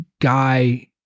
guy